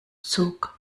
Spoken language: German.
zog